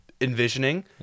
envisioning